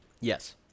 Yes